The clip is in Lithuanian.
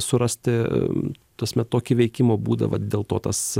surasti ta prasme tokį veikimo būdą vat dėl to tas